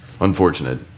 unfortunate